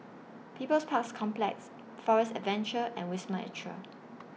People's Parks Complex Forest Adventure and Wisma Atria